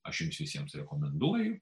aš jums visiems rekomenduoju